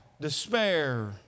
despair